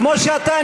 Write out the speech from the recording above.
כמו שאתה,